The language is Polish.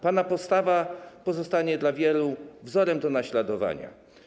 Pana postawa pozostanie dla wielu wzorem do naśladowania.